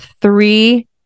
three